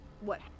what-